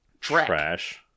trash